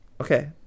Okay